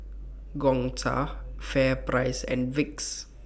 Gongcha FairPrice and Vicks